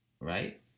Right